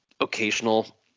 occasional